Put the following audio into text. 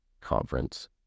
conference